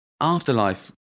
Afterlife